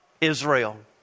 Israel